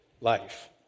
life